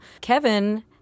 Kevin